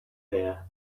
there